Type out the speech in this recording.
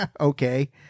Okay